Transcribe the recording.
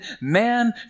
man